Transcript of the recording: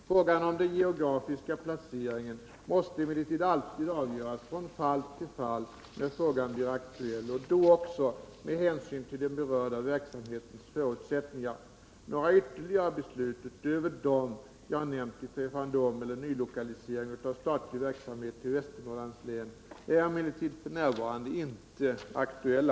Frågan om den geografiska placeringen måste emellertid alltid avgöras från fall till fall när frågan blir aktuell och då också med hänsyn till den berörda verksamhetens förutsättningar. Några ytterligare beslut utöver dem jag nämnt beträffande omeller nylokalisering av statlig verksamhet till Västernorrlands län är emellertid f. n. inte aktuella.